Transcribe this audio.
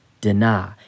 Deny